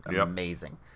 amazing